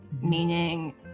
Meaning